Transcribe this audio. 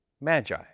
Magi